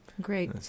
Great